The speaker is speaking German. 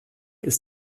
ist